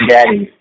Daddy